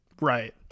Right